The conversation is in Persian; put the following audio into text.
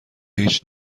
هیچ